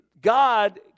God